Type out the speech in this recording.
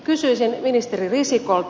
kysyisin ministeri risikolta